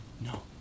No